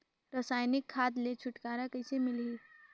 रसायनिक खाद ले छुटकारा कइसे मिलही?